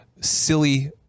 silly